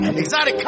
exotic